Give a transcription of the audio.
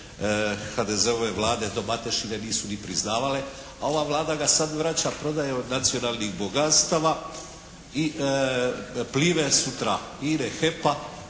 HDZ-ove Vlade do Matešine nisu ni priznavale, a ova Vlada ga sad vraća, prodaje od nacionalnih bogatstava i "Plive" sutra, INA-e, HEP-a